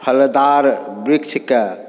फलदार वृक्षकेँ